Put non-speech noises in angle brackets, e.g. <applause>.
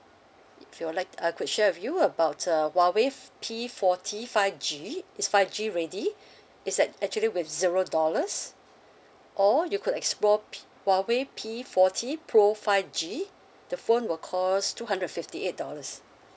if you'd like I could share with you about uh Huawei P forty five G it's five G ready <breath> is at actually with zero dollars or you could explore P Huawei P forty pro five G the phone will cost two hundred fifty eight dollars